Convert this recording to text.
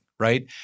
Right